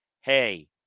Hey